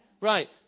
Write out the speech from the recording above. Right